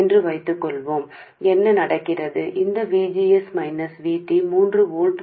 ఏమవుతుంది ఈ VGS minus VT మూడు వోల్ట్లు మైనస్ 0